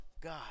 God